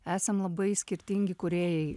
esam labai skirtingi kūrėjai